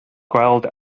gweld